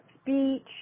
speech